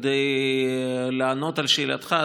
כדי לענות על שאלתך,